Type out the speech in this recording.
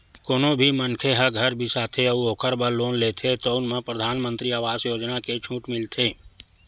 कोनो भी मनखे ह घर बिसाथे अउ ओखर बर लोन लेथे तउन म परधानमंतरी आवास योजना के छूट मिलथे